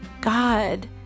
God